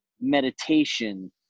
meditation